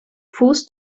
fuß